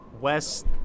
west